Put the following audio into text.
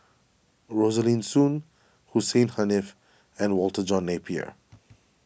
Rosaline Soon Hussein Haniff and Walter John Napier